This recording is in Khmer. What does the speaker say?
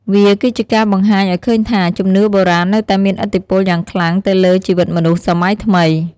វាគឺជាការបង្ហាញឱ្យឃើញថា ជំនឿបុរាណនៅតែមានឥទ្ធិពលយ៉ាងខ្លាំងទៅលើជីវិតមនុស្សសម័យថ្មី។